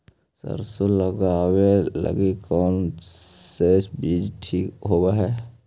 सरसों लगावे लगी कौन से बीज ठीक होव हई?